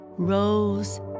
rose